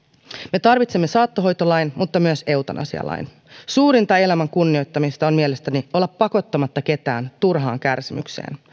me tarvitsemme saattohoitolain mutta myös eutanasialain suurinta elämän kunnioittamista on mielestäni olla pakottamatta ketään turhaan kärsimykseen